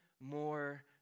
more